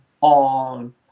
on